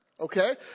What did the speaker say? okay